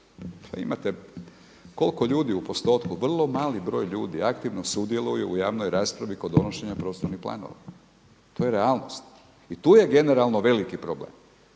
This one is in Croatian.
imate, koliko ljudi u postotku, vrlo mali broj ljudi aktivno sudjeluju u javnoj raspravi kod donošenja prostornih planova. To je realnost. I tu je generalno veliki problem.